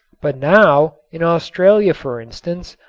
but now, in australia for instance,